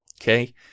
okay